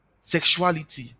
sexuality